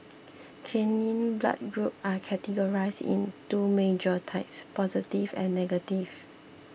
canine blood groups are categorised into two major types positive and negative